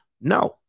No